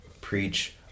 preach